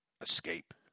escape